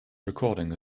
recording